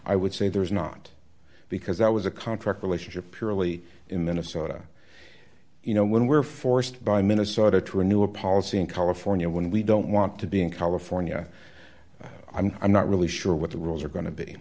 i would say there's not because i was a contract relationship purely in minnesota you know when we were forced by minnesota to renew a policy in california when we don't want to be in california i'm not really sure what the rules are going to be